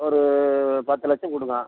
ஒரு பத்து லட்சம் கொடுங்க